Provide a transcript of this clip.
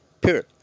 period